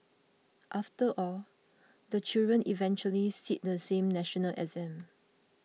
after all the children eventually sit the same national exam